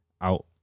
out